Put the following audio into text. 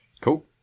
cool